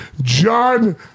John